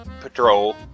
Patrol